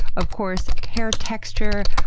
of course, hair texture,